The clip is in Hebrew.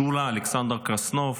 שולה אלכסנדר קרסנוב,